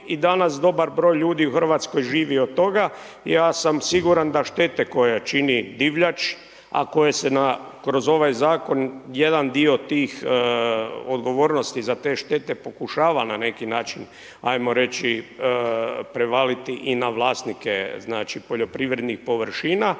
i danas dobar broj ljudi u Hrvatskoj živi od toga i ja sam siguran da štete koje čini divljač ako koje se kroz ovaj Zakon jedan dio tih odgovornosti za te štete pokušava na neki način ajmo reći prevaliti i na vlasnike, znači, poljoprivrednih površina.